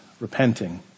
repenting